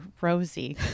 Rosie